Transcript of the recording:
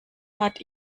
hat